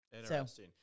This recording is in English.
Interesting